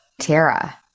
Tara